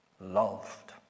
loved